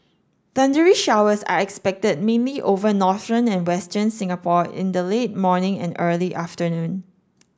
thundery showers are expected mainly over northern and western Singapore in the late morning and early afternoon